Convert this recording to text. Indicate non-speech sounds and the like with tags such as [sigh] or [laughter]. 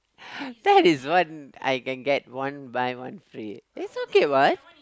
[breath] that is what I can get one buy one free it's okay what